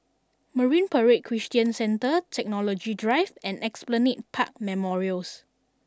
Marine Parade Christian Centre Technology Drive and Esplanade Park Memorials